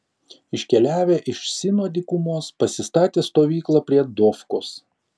iškeliavę iš sino dykumos pasistatė stovyklą prie dofkos